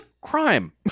crime